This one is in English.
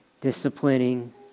disciplining